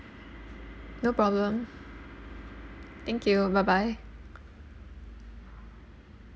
no problem thank you bye bye